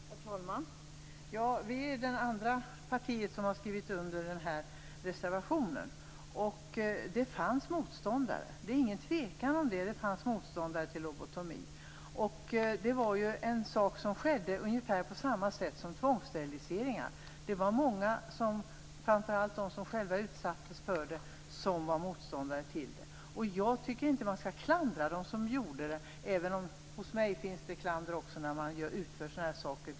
Herr talman! Miljöpartiet är det andra partiet som har skrivit under reservationen i fråga. Det är ingen tvekan om att det fanns motståndare till lobotomin. Det var ju en sak som skedde på ungefär samma sätt som tvångssteriliseringarna. Många, framför allt de som själva utsattes för lobotomi, var motståndare. Jag tycker inte att man skall klandra dem som utförde detta - även om också jag känner för klander när sådana här saker utförs under tvång.